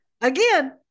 Again